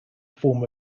form